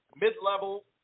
mid-level